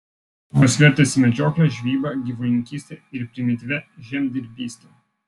jos vertėsi medžiokle žvejyba gyvulininkyste ir primityvia žemdirbyste